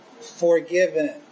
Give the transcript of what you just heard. forgiven